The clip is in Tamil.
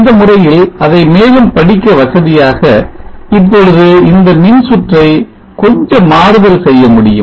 இந்த முறையில் அதை மேலும்படிக்க வசதியாக இப்பொழுது இந்த மின்சுற்றை கொஞ்சம் மாறுதல் செய்ய முடியும்